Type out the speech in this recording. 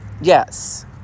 yes